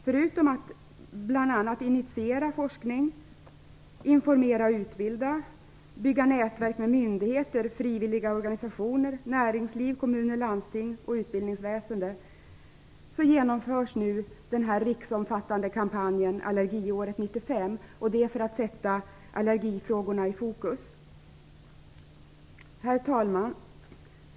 Förutom att bl.a. initiera forskning, informera och utbilda, bygga nätverk mellan myndigheter, frivilliga organisationer, näringsliv, kommuner, landsting och utbildningsväsende genomförs nu den riksomfattande kampanjen Allergiåret 95. Det sker för att sätta allergifrågorna i fokus. Herr talman!